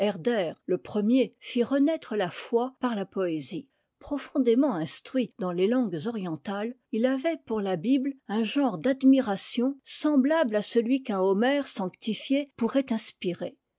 le premier fit renaître la foi par la poésie profondément instruit dans les langues orientales il avait pour la bible un genre d'admiration semblable à celui qu'un homère sanctifié pourrait inspirer